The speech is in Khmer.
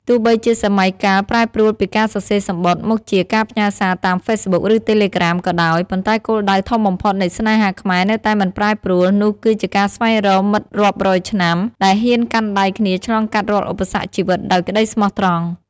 ទោះបីជាសម័យកាលប្រែប្រួលពីការសរសេរសំបុត្រ មកជាការផ្ញើសារតាម Facebook ឬ Telegram ក៏ដោយ ប៉ុន្តែគោលដៅធំបំផុតនៃស្នេហាខ្មែរនៅតែមិនប្រែប្រួល នោះគឺការស្វែងរក "មិត្តរាប់រយឆ្នាំ" ដែលហ៊ានកាន់ដៃគ្នាឆ្លងកាត់រាល់ឧបសគ្គជីវិតដោយក្តីស្មោះត្រង់។